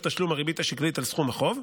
תשלום הריבית השקלית על סכום החוב.